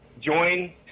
join